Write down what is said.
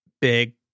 big